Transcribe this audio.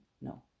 no